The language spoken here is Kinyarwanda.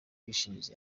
bwishingizi